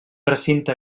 recinte